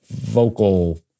vocal